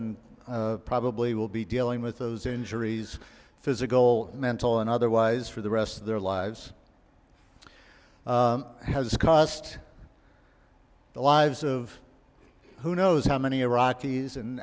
and probably will be dealing with those injuries physical mental and otherwise for the rest of their lives has cost the lives of who knows how many iraqis and